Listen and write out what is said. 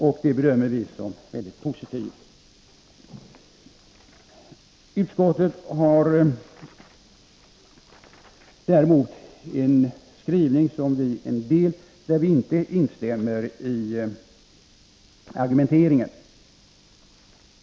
Detta bedömer vi som mycket positivt. I reservation nr 1 har vi reserverat oss mot en del av argumenteringen i utskottets skrivning.